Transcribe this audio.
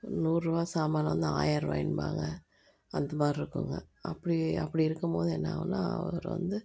நூறுரூவா சாமானை வந்து ஆயிரரூவாய்ன்பாங்க அந்த மாதிரி இருக்குங்க அப்படி அப்படி இருக்கும் போது என்ன ஆகும்னா அவர் வந்து